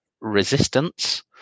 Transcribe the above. Resistance